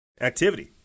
activity